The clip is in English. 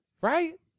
right